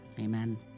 amen